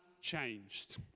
changed